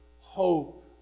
hope